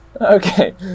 Okay